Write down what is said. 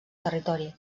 territori